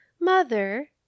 mother